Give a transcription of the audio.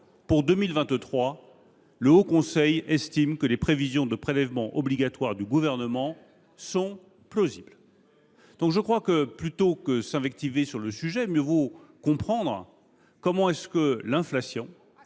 Pour 2023, le Haut Conseil estime que les prévisions de prélèvements obligatoires du Gouvernement sont plausibles. » À mon sens, plutôt que de s’invectiver sur le sujet, mieux vaut comprendre… Assumer !… comment l’inflation,